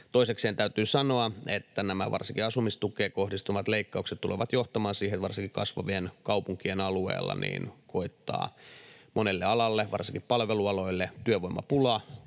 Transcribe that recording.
Toisekseen täytyy sanoa, että varsinkin asumistukeen kohdistuvat leikkaukset tulevat johtamaan siihen varsinkin kasvavien kaupunkien alueella, että monelle alalle, varsinkin palvelualoille, koittaa